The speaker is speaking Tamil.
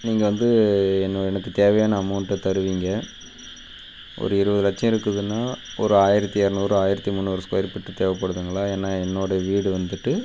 நீங்கள் வந்து என்ன எனக்குத் தேவையான அமௌண்ட்டை தருவீங்க ஒரு இருபது லட்சம் இருக்குதுன்னா ஒரு ஆயிரத்தி எரநூறு ஆயிரத்தி முந்நூறு ஸ்கொயர் ஃபீட்டு தேவைப்படுதுங்களா ஏன்னா என்னோடய வீடு வந்துவிட்டு